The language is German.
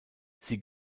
sie